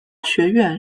学院